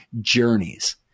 journeys